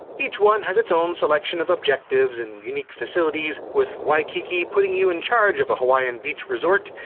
each one has its own selection of objectives and unique facilities, with waikiki putting you in charge of a hawaiian beach resort,